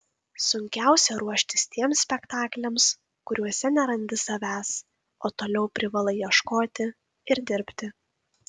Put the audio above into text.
sunkiausia ruoštis tiems spektakliams kuriuose nerandi savęs o toliau privalai ieškoti ir dirbti